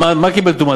מה קיבל טומאה?